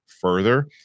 further